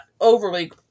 overly